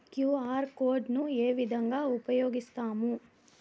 QR code ను ఏ విధంగా ఉపయగిస్తాము?